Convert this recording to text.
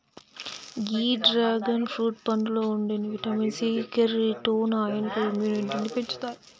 గీ dragon fruit పండులో ఉండే vitamin C, కెరోటినాయిడ్లు ఇమ్యునిటీని పెంచుతాయి